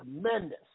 tremendous